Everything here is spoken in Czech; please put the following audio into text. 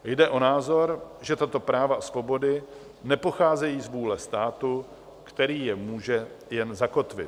Jde o názor, že tato práva a svobody nepocházejí z vůle státu, který je může jen zakotvit.